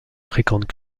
fréquentes